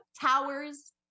towers